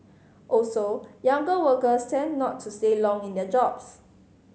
also younger workers tend not to stay long in their jobs